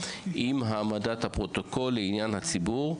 אם העמדת הפרוטוקול לעניין הציבור,